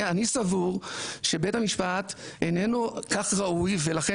אני סבור שבית המשפט איננו כך ראוי ולכן